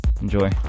enjoy